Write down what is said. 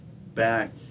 back